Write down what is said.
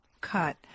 cut